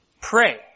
pray